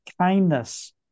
kindness